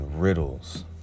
riddles